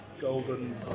golden